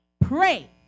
pray